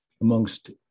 amongst